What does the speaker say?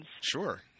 Sure